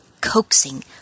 coaxing